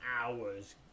hours